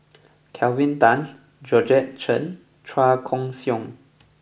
Kelvin Tan Georgette Chen Chua Koon Siong